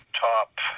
top